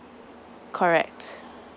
correct